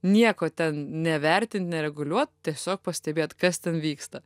nieko ten nevertint nereguliuot tiesiog pastebėt kas ten vyksta